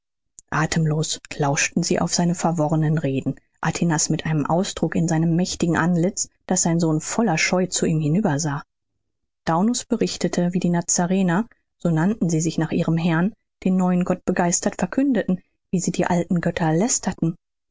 athemlos lauschten sie auf seine verworrenen reden atinas mit einem ausdruck in seinem mächtigen antlitz daß sein sohn voller scheu zu ihm hinübersah daunus berichtete wie die nazarener so nannten sie sich nach ihrem herrn den neuen gott begeistert verkündeten wie sie die älten götter lästerten